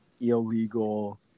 illegal